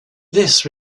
this